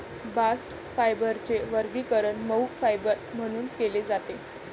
bast फायबरचे वर्गीकरण मऊ फायबर म्हणून केले जाते